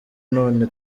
none